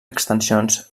extensions